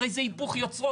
הרי זה היפוך יוצרות.